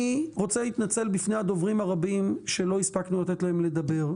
אני רוצה להתנצל בפני הדוברים הרבים שלא הספקנו לתת להם לדבר.